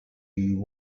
you